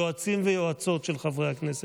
יועצים ויועצות של חברי הכנסת.